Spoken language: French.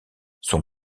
son